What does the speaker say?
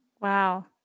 Wow